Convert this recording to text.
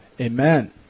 Amen